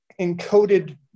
encoded